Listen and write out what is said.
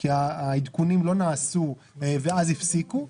כי העדכונים לא נעשו ואז הפסיקו.